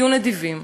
היו נדיבים,